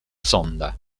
sonda